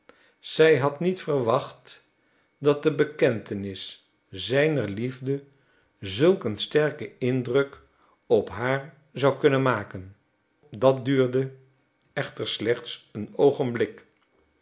zij had niet verwacht dat de bekentenis zijner liefde zulk een sterken indruk op haar zou kunnen maken dat duurde echter slechts een oogenblik